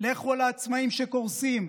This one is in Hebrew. לכן לעצמאים שקורסים,